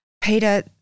Peter